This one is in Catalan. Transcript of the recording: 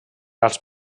als